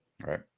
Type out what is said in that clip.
Right